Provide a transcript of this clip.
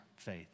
faith